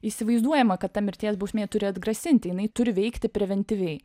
įsivaizduojama kad ta mirties bausmė turi atgrasinti jinai turi veikti preventyviai